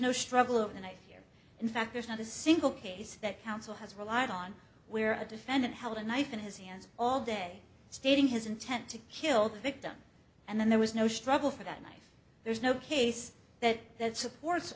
no struggle of the night here in fact there's not a single case that counsel has relied on where a defendant held a knife in his hands all day stating his intent to kill the victim and then there was no struggle for that knife there's no case that that support